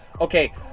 okay